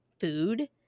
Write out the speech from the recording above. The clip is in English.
food